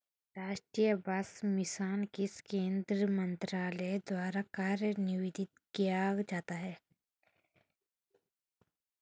राष्ट्रीय बांस मिशन किस केंद्रीय मंत्रालय द्वारा कार्यान्वित किया जाता है?